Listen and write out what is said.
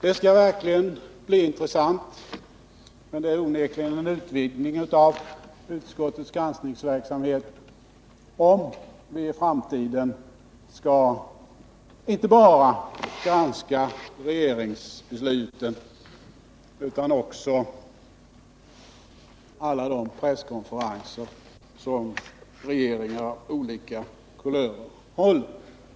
Det är onekligen en utvidgning av utskottets granskningsverksamhet om vi i framtiden skall granska inte bara regeringsbesluten utan också de presskonferenser som regeringar av olika kulörer håller.